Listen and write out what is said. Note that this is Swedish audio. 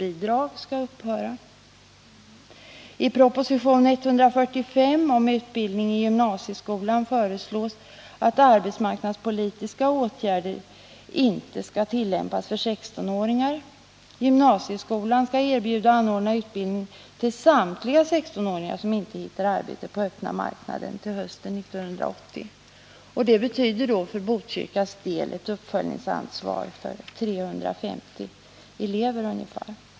I proposition 145 om utbildning i gymnasieskolan föreslås att arbetsmarknadspolitiska åtgärder inte skall tillämpas för 16-åringar. Gymnasieskolan skall erbjuda och anordna utbildning för samtliga 16-åringar som till hösten 1980 inte hittar arbete på den öppna marknaden. Det betyder för Botkyrkas del ett uppföljningsansvar för ungefär 350 elever.